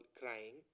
crying